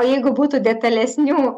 o jeigu būtų detalesnių